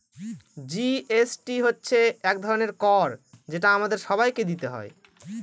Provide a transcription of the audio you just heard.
GST হচ্ছে এক ধরনের কর যেটা আমাদের সবাইকে দিতে হয়